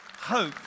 hope